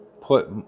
put